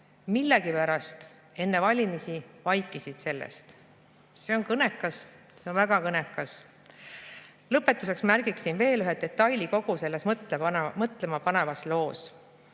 millegipärast enne valimisi vaikisid sellest. See on kõnekas, see on väga kõnekas. Lõpetuseks märgiksin veel ühe detaili kogu selles mõtlemapanevas loos.